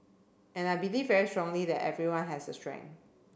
and I believe very strongly that everyone has a strength